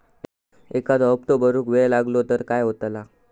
एखादो हप्तो भरुक वेळ लागलो तर काय होतला?